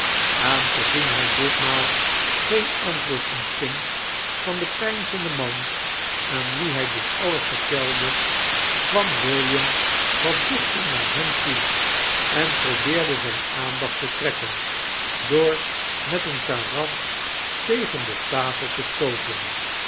aangezien hij ditmaal geen antwoord ontving van den peinzenden man aan wien hij dit alles vertelde kwam william wat dichter naar hem toe en probeerde zijne aandaciht te trekken door met een karaf tegen de tafel te stooten